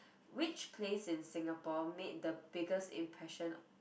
which place in Singapore made the biggest impression